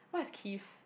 what's kith